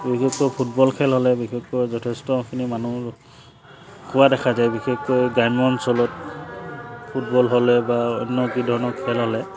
বিশেষকৈ ফুটবল খেল হ'লে বিশেষকৈ যথেষ্টখিনি মানুহ হোৱা দেখা যায় বিশেষকৈ গ্ৰাম্য অঞ্চলত ফুটবল হ'লে বা অন্য কি ধৰণৰ খেল হ'লে